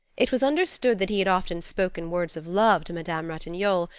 it was understood that he had often spoken words of love to madame ratignolle,